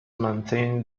maintained